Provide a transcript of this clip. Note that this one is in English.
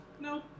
No